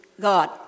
God